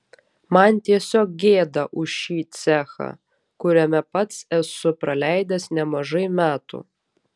man tiesiog gėda už šį cechą kuriame pats esu praleidęs nemažai metų